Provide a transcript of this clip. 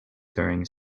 during